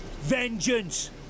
Vengeance